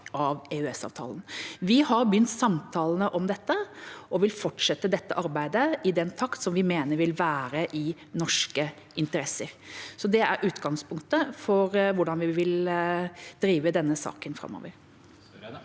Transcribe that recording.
Vi har begynt samtalene om dette og vil fortsette dette arbeidet, i den takt som vi mener vil være i norske interesser. Det er utgangspunktet for hvordan vi vil drive denne saken framover.